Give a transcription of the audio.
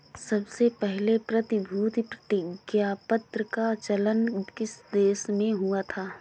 सबसे पहले प्रतिभूति प्रतिज्ञापत्र का चलन किस देश में हुआ था?